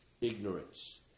Ignorance